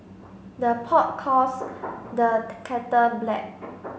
the pot calls the kettle black